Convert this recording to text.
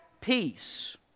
peace